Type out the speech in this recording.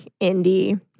indie